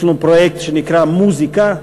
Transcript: יש לנו פרויקט שנקרא "מו-זיקה",